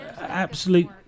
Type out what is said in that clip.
Absolute